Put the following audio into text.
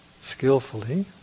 skillfully